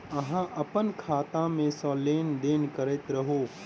अहाँ अप्पन खाता मे सँ लेन देन करैत रहू?